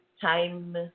time